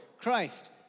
Christ